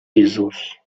pisos